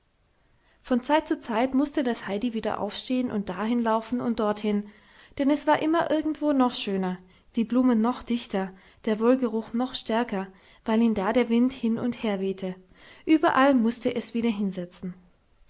von zeit zu zeit mußte das heidi wieder aufstehen und dahin laufen und dorthin denn es war immer irgendwo noch schöner die blumen noch dichter der wohlgeruch noch stärker weil ihn da der wind hin und her wehte überall mußte es wieder hinsetzen